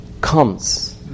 comes